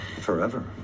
Forever